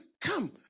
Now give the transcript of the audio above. come